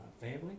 family